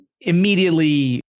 immediately